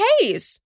case